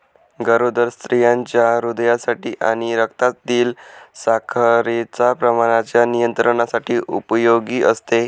गरोदर स्त्रियांच्या हृदयासाठी आणि रक्तातील साखरेच्या प्रमाणाच्या नियंत्रणासाठी उपयोगी असते